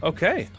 Okay